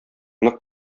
нык